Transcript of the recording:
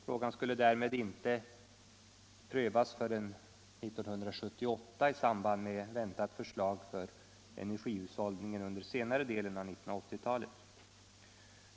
Frågan skulle därmed inte komma att prövas förrän 1978 i samband med väntat förslag om energihushållningen under den senare delen av 1980-talet.